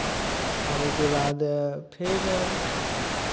आबयके बाद फेर